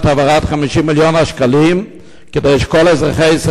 האוצר, לפני כחצי שנה